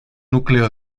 núcleo